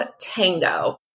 Tango